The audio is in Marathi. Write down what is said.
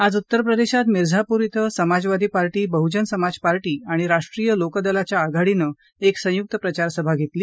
आज उत्तर प्रदेशात मिर्झापूर क्रे समाजवादी पार्टी बहुजन समाज पार्टी आणि राष्ट्रीय लोकदलाच्या आघाडीनं एक संयुक प्रचार सभा घेतली